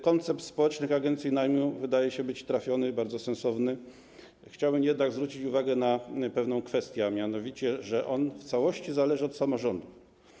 Koncept społecznych agencji najmu wydaje się trafiony, bardzo sensowny, chciałbym jednak zwrócić uwagę na pewną kwestię, a mianowicie to, że on w całości zależy od samorządu.